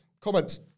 comments